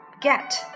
get